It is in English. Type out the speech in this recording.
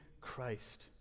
Christ